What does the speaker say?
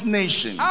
nation